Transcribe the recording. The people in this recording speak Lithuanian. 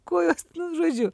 kojos žodžiu